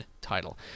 title